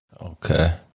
Okay